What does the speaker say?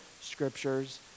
scriptures